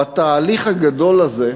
בתהליך הגדול הזה,